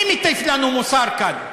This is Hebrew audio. מי מטיף לנו מוסר כאן?